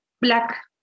black